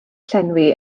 llenwi